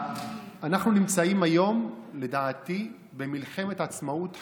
אנחנו נמצאים היום לדעתי במלחמת עצמאות חדשה.